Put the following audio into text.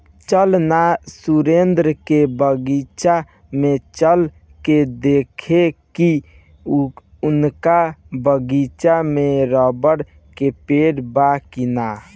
चल ना सुरेंद्र के बगीचा में चल के देखेके की उनका बगीचा में रबड़ के पेड़ बा की ना